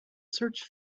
search